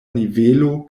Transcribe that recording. nivelo